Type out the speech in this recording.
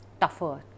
tougher